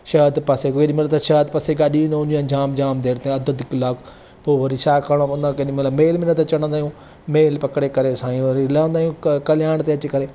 शहर पासे जीअं जेॾीमहिल त शहर पासे त गाॾियूं ई न हूंदियूं आहिनि जाम जाम देरि ताईं अधु अधु कलाकु पोइ वरी छा करिणो पवंदो आहे केॾीमहिल मेल में न त चढ़ंदा आहियूं मेल पकिड़े करे साईं वरी लहंदा आहियूं कल्याण ते अची करे